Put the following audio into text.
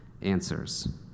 answers